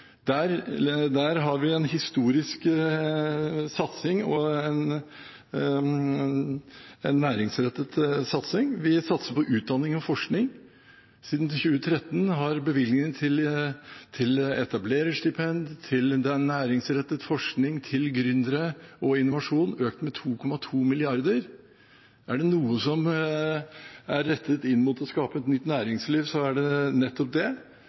Der har vi en historisk og næringsrettet satsing. Vi satser på utdanning og forskning. Siden 2013 har bevilgningene til etablererstipend, til næringsrettet forskning, til gründere og innovasjon økt med 2,2 mrd. kr. Er det noe som er rettet inn mot å skape et nytt næringsliv, er det nettopp det. Og vi har vekstfremmende skattelettelser. Alle kjenner debatten rundt formuesskatten. Jeg må si jeg synes det